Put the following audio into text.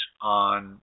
on